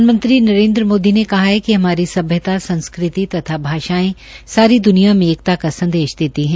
प्रधानमंत्री नरेन्द्र मोदी ने कहा है कि हमारी सभ्यता संस्कृति तथा भाषायें सारी द्रनिया में एकता का संदेश देती है